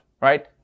right